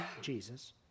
Jesus